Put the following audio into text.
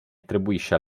attribuisce